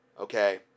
Okay